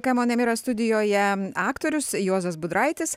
kamon emira studijoje aktorius juozas budraitis